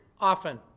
often